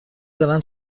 دارن